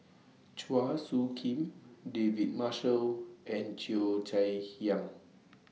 Chua Soo Khim David Marshall and Cheo Chai Hiang